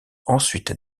ensuite